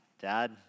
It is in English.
Dad